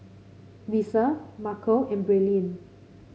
Lissa Marco and Braelyn